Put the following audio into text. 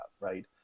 right